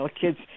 kids